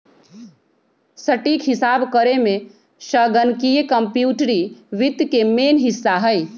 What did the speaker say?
सटीक हिसाब करेमे संगणकीय कंप्यूटरी वित्त के मेन हिस्सा हइ